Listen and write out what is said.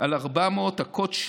על 400 קוט"ש,